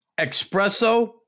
Espresso